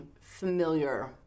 familiar